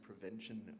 Prevention